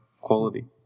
quality